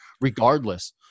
regardless